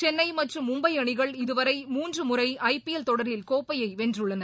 சென்னை மற்றும் மும்பை அணிகள் இதுவரை மூன்று முறை ஐ பி எல் தொடரில் கோப்பையை வென்றுள்ளன